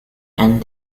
and